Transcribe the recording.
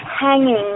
hanging